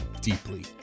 deeply